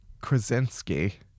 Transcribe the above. Krasinski